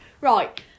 Right